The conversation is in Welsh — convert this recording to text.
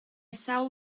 sawl